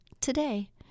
today